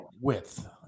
width